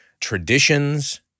traditions